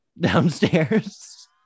downstairs